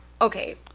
okay